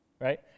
right